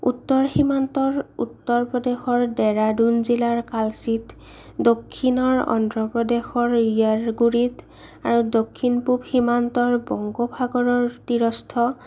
উত্তৰ সীমান্তৰ উত্তৰ প্ৰদেশৰ ডেৰাডুন জিলাৰ কাচিত দক্ষিণৰ অন্ধ্ৰপ্ৰদেশৰ ইয়েৰগুড়িত আৰু দক্ষিণপূৱ সীমান্তৰ বংগোপসাগৰৰ তীৰস্থ